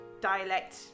dialect